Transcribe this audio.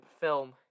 film